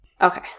Okay